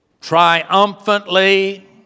triumphantly